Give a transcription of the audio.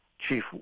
Chief